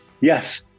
Yes